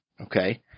Okay